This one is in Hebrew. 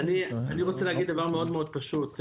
אני רוצה להגיד דבר מאוד מאוד פשוט,